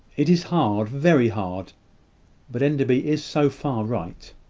it is hard, very hard but enderby is so far right.